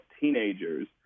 teenagers